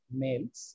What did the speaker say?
males